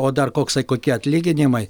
o dar koksai kokie atlyginimai